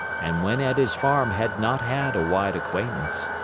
and when at his farm had not had a wide acquaintance.